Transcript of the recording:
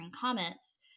comments